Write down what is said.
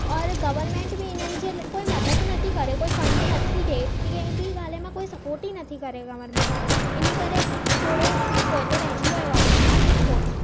ओर गवरमैंट बि हिननि जे लाइ कोई मददु नथी करे कोई फंड नथी ॾे कीअं बि ॻाल्ह मां कोई सपोट ई नथी करे गवरमैंट इनी करे थोड़ो पोए ते रहिजी वियो आहे गुजरात स्पोट्स में